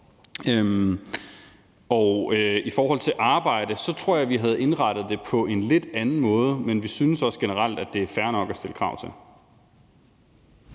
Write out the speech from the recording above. I forhold til arbejde tror jeg vi havde indrettet det på en lidt anden måde, men vi synes generelt, at det er fair nok at stille krav om